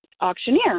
auctioneer